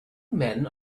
men